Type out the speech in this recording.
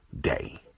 day